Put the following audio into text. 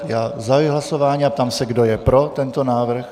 Zahajuji hlasování a ptám se, kdo je pro tento návrh.